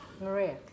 Maria